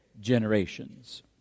generations